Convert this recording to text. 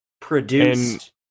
produced